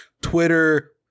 Twitter